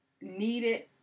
needed